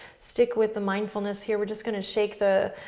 stick with the mindfulness here. we're just gonna shake the,